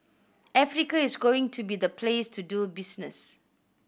Africa is going to be the place to do business